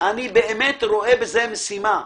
באמת רואה בזה משימה,